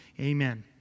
Amen